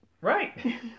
Right